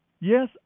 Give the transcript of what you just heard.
Yes